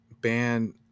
ban